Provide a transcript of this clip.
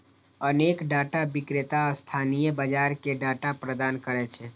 अनेक डाटा विक्रेता स्थानीय बाजार कें डाटा प्रदान करै छै